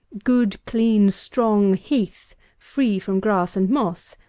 good, clean, strong heath, free from grass and moss,